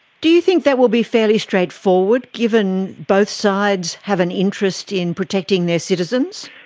do you think that will be fairly straightforward, given both sides have an interest in protecting their citizens?